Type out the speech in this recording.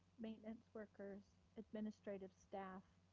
maintenance workers, administrative staff,